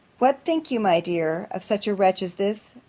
what think you, my dear, of such a wretch as this!